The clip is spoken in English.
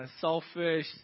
selfish